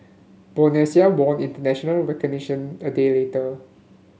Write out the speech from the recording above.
Bosnia won international recognition a day later